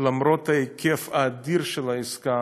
למרות ההיקף האדיר של העסקה,